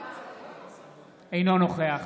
אינו נוכח